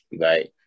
right